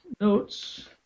Notes